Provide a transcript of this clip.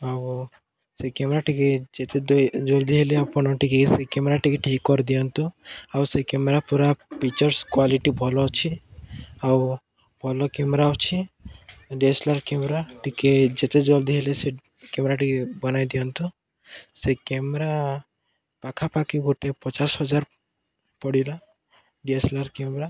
ଆଉ ସେ କ୍ୟାମେରା ଟିକେ ଯେତେ ଜଲ୍ଦି ହେଲେ ଆପଣ ଟିକେ ସେ କ୍ୟାମେରା ଟିକେ ଠିକ୍ କରିଦିଅନ୍ତୁ ଆଉ ସେ କ୍ୟାମେରା ପୁରା ପିକ୍ଚର୍ସ କ୍ଵାଲିଟି ଭଲ ଅଛି ଆଉ ଭଲ କ୍ୟାମେରା ଅଛି DSLR camera ଟିକେ ଯେତେ ଜଲ୍ଦି ହେଲେ ସେ କ୍ୟାମେରା ଟିକେ ବନେଇ ଦିଅନ୍ତୁ ସେ କ୍ୟାମେରା ପାଖାପାଖି ଗୋଟେ ପଚାଶ ହଜାର ପଡ଼ିଲା DSLR camera